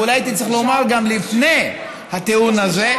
ואולי הייתי צריך לומר זאת לפני הטיעון הזה: